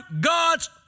God's